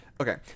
Okay